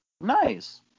Nice